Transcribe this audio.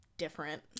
different